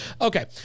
Okay